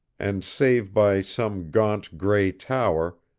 and save by some gaunt gray tower,